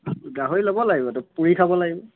গাহৰি ল'ব লাগিবতো পুৰি খাব লাগিব